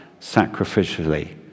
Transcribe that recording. sacrificially